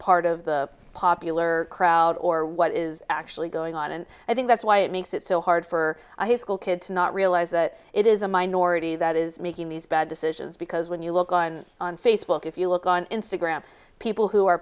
part of the popular crowd or what is actually going on and i think that's why it makes it so hard for a high school kid to not realize that it is a minority that is making these bad decisions because when you look on facebook if you look on instagram people who are